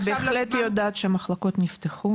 אני בהחלט יודעת שמחלקות נפתחו.